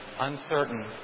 uncertain